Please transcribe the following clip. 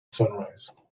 sunrise